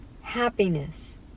happiness